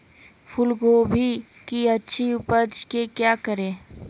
फूलगोभी की अच्छी उपज के क्या करे?